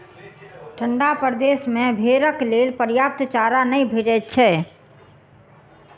ठंढा प्रदेश मे भेंड़क लेल पर्याप्त चारा नै भेटैत छै